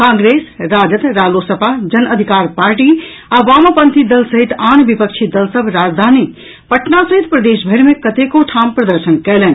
कांग्रेस राजद रालोसपा जन अधिकार पार्टी आ वामपंथी दल सहित आन विपक्षी दल सभ राजधानी पटना सहित प्रदेशभरि मे कतेको ठाम प्रदर्शन कयलनि